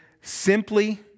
simply